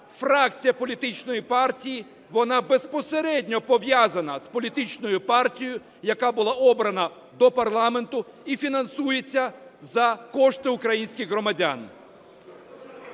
фракція політичної партії, вона безпосередньо пов'язана з політичною партією, яка була обрана до парламенту, і фінансується за кошти українських громадян.